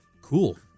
Cool